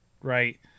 right